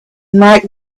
night